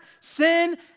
Sin